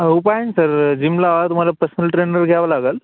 उपाय ना sir gym लावा तुम्हाला पर्सनल ट्रेनर घ्यावा लागेल